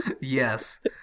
yes